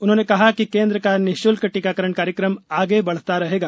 उन्होंने कहा कि केन्द्र का निशुल्क टीकाकरण कार्यक्रम आगे बढ़ता रहेगा